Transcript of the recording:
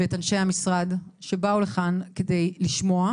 ואת אנשי המשרד שבאו לכאן כדי לשמוע